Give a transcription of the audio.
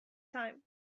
time